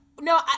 No